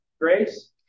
grace